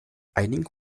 einigen